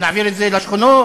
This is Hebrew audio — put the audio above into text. נעביר את זה לשכונות,